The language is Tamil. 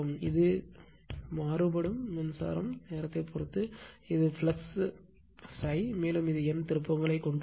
இது நேரம் மாறுபடும் மின்சாரத்தை பொருத்து இது ஃப்ளக்ஸ் ∅ மேலும் இது N திருப்பங்களை கொண்டுள்ளது